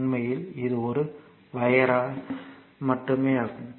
உண்மையில் இது ஒரு வயர் மட்டுமே ஆகும்